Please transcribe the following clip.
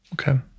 Okay